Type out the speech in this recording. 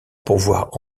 pouvoir